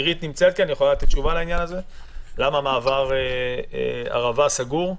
עירית וייסבלום יכולה לענות למה מעבר ערבה סגור לכניסה?